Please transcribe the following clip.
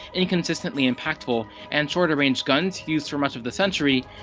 inconsistently impactful, and shorter-ranged guns used for much of the century,